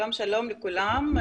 שלום לכולם.